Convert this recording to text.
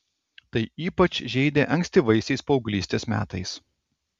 tai ypač žeidė ankstyvaisiais paauglystės metais